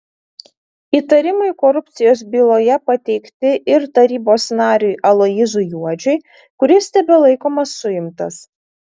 įtarimai korupcijos byloje pateikti ir tarybos nariui aloyzui juodžiui kuris tebelaikomas suimtas